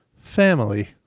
family